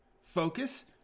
Focus